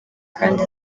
kandi